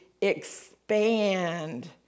expand